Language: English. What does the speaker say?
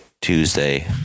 Tuesday